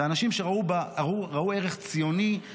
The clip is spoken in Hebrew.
אלה אנשים שראו ערך ציוני,